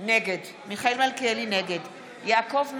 נגד יעקב מרגי,